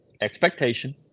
expectation